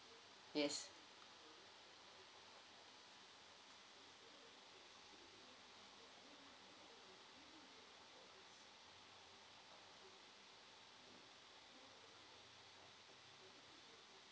yes